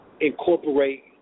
Incorporate